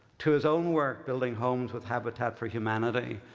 to his own work building homes with habitat for humanity,